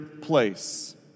place